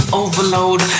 overload